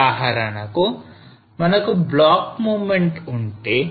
ఉదాహరణకు మనకు block movement ఉంటే